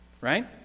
right